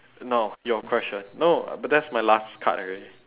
no your question no but that's my last card already